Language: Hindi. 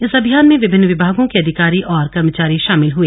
इस अभियान में विभिन्न विभागों के अधिकारी और कर्मचारी शामिल हुए